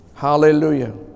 Hallelujah